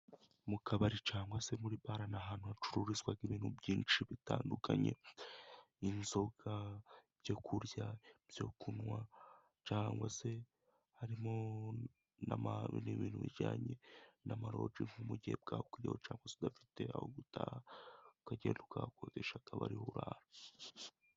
Mu kabari cyangwa se muri bare ni ahantu hacururizwa ibintu byinshi bitandukanye. Inzoga, ibyo kurya, ibyo kunywa cyangwa se harimo n'ibintu bijyanye n'amaroji, nko mu gihe bwakwiriyeho cyangwa se udafite ahantu ho gutaha, ukagenda ukahakodesha akaba ariho urara.